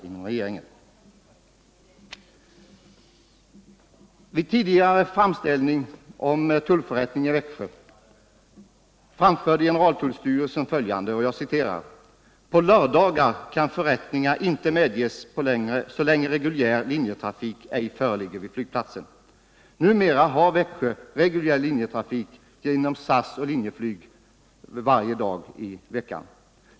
I samband med tidigare framställning om tullförrättning i Växjö anförde generaltullstyrelsen: ”På lördagar kan förrättningar inte medges så länge reguljär linjetrafik ej föreligger.” Numera har Växjö genom SAS och Linjeflyg reguljär linjetrafik varje dag i veckan.